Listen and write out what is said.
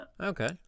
Okay